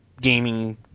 gaming